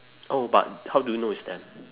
oh but how do you know it's them